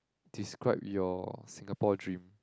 describe your Singapore dream